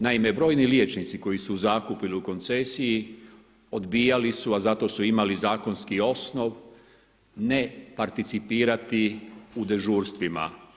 Naime brojni liječnici koji su u zakupu ili u koncesiji odbijali su, a za to su imali zakonski osnov, ne participirati u dežurstvima.